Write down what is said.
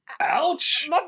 Ouch